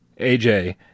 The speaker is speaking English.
AJ